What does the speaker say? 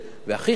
והכי חשוב,